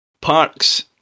Parks